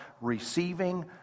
receiving